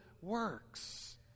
works